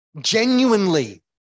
genuinely